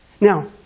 Now